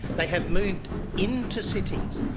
they have moved into cities.